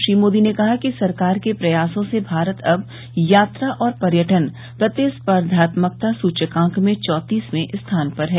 श्री मोदी ने कहा कि सरकार के प्रयासों से भारत अब यात्रा और पर्यटन प्रतिस्पर्धात्मकता सूचकांक में चौंतीसवें स्थान पर है